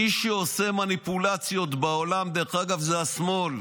מי שעושה מניפולציות בעולם, דרך אגב, זה השמאל.